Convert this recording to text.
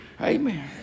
Amen